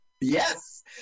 Yes